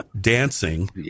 dancing